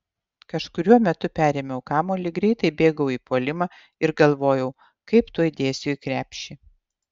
kažkuriuo metu perėmiau kamuolį greitai bėgau į puolimą ir galvojau kaip tuoj dėsiu į krepšį